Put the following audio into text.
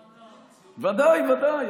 כן, ודאי, ודאי.